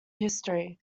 history